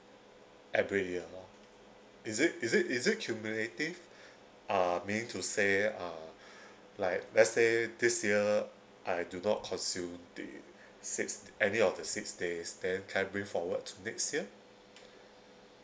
every year loh is it is it is it accumulative uh meaning to say uh like let's say this year I do not consume the six any of the six days then can I bring forward to next year